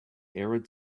arid